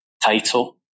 title